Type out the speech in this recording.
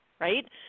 right